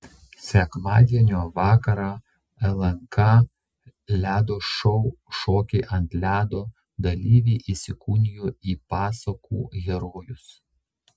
sekmadienio vakarą lnk ledo šou šokiai ant ledo dalyviai įsikūnijo į pasakų herojus